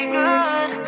good